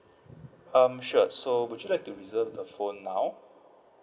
um sure so would you like to reserve the phone now